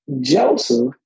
Joseph